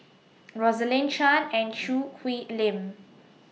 Rosaline Chan and Choo Hwee Lim